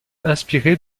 inspiré